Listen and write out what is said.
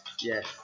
Yes